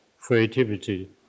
creativity